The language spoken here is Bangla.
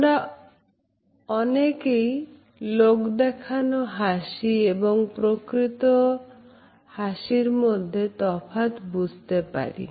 আমরা অনেকেই লোকদেখানো হাসি এবং প্রকৃতির মধ্যে তফাৎ বুঝতে পারি